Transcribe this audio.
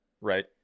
right